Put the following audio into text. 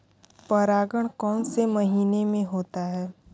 परागण कौन से महीने में होता है?